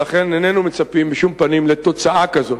לכן איננו מצפים בשום פנים לתוצאה כזו,